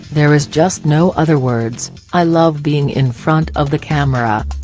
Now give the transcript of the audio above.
there is just no other words, i love being in front of the camera.